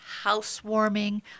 housewarming